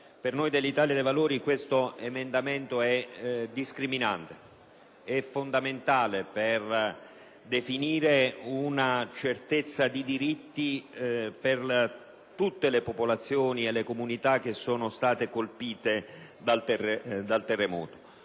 per noi dell'Italia dei Valori è fondamentale per definire una certezza di diritti per tutte le popolazioni e le comunità che sono state colpite dal terremoto.